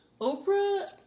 Oprah